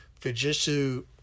Fujitsu